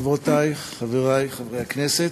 חברותי וחברי חברי הכנסת,